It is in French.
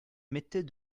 mettait